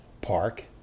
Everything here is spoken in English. park